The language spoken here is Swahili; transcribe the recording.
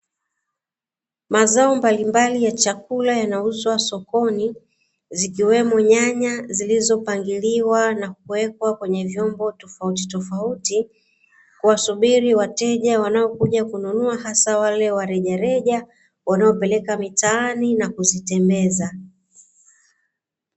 Mazao mbalimbali ya chakula yanauzwa sokoni zikiwemo nyanya zilizopangiliwa nakuwekwa kwenye vyombo tofauti tofauti, kuwasubiri wateja wanaokuja kununua hasa wale wa rejareja wanaopeleka mitaani na kuzitembeza.